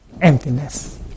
emptiness